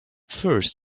first